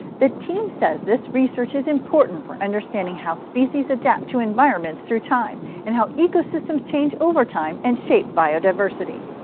the team says this research is important for understanding how species adapt to environments through time and how ecosystems change over time and shape biodiversity.